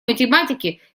математики